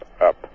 up